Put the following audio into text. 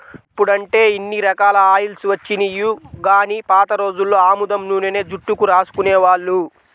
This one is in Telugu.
ఇప్పుడంటే ఇన్ని రకాల ఆయిల్స్ వచ్చినియ్యి గానీ పాత రోజుల్లో ఆముదం నూనెనే జుట్టుకు రాసుకునేవాళ్ళు